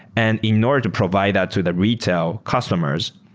and in order to provide out to the retail customers,